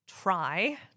try